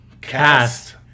cast